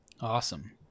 Awesome